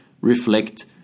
reflect